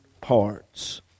parts